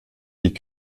die